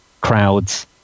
crowds